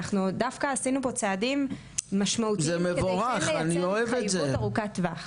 עשינו פה דווקא צעדים משמעותיים כדי לייצר התחייבות ארוכת טווח.